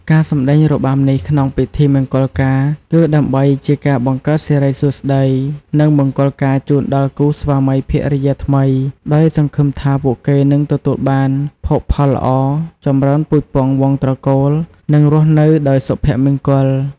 ការសម្តែងរបាំនេះក្នុងពិធីមង្គលការ គឺដើម្បីជាការបង្កើតសិរីសួស្ដី និងមង្គលការជូនដល់គូស្វាមីភរិយាថ្មី ដោយសង្ឃឹមថាពួកគេនឹងទទួលបានភោគផលល្អ ចម្រើនពូជពង្សវង្សត្រកូល និងរស់នៅដោយសុភមង្គល។